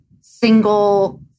single